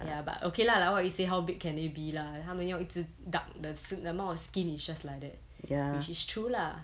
ya but okay lah like what you say how big can they be lah 他们要一直 duck the ski~ the amount of skin is just like that which is true lah